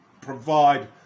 provide